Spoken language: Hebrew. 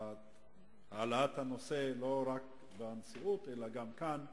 על העלאת הנושא לא רק בנשיאות אלא גם כאן,